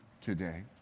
today